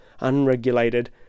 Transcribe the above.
unregulated